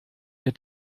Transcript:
ihr